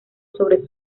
sobre